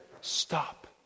stop